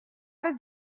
did